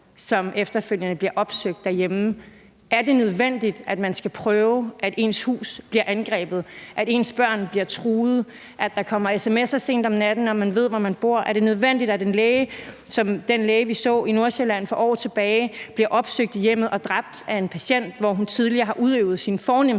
som efterfølgende bliver opsøgt derhjemme? Er det nødvendigt, at man skal prøve at opleve, at ens hus bliver angrebet, at ens børn bliver truet, og at der kommer sms'er sent om natten om, at nogen ved, hvor man bor? Er det nødvendigt, at en læge som den læge, vi så i Nordsjælland for år tilbage, bliver opsøgt i hjemmet og dræbt af en patient, hvor hun tidligere har udøvet sin fornemste